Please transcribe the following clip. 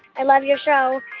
i love your show.